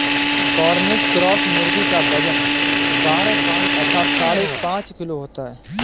Cornish cross मुर्गी का वजन बारह पाउण्ड अर्थात साढ़े पाँच किलो होता है